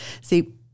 See